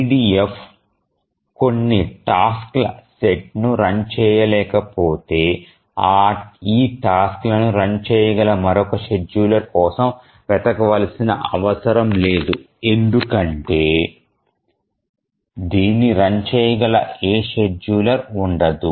EDF కొన్ని task ల set ను రన్ చేయలేకపోతే ఈ టాస్క్ లను రన్ చేయగల మరొక షెడ్యూలర్ కోసం వెతకవలసిన అవసరం లేదు ఎందుకంటే దీన్ని రన్ చేయగల ఏ షెడ్యూలర్ ఉండదు